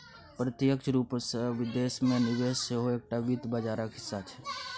प्रत्यक्ष रूपसँ विदेश मे निवेश सेहो एकटा वित्त बाजारक हिस्सा छै